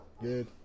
good